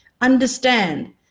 understand